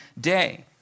day